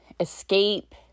Escape